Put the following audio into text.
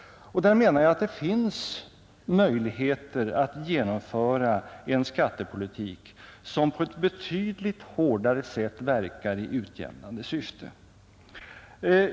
Därvidlag menar jag att det finns möjlighe ter att genomföra en skattepolitik som på ett betydligt hårdare sätt verkar i utjämnande syfte.